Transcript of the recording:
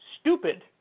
stupid